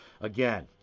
again